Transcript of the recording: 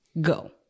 go